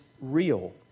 real